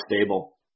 stable